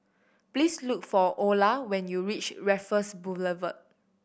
please look for Orla when you reach Raffles Boulevard